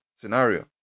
scenario